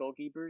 goalkeepers